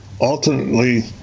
ultimately